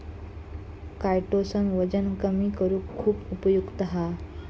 chitosan वजन कमी करुक खुप उपयुक्त हा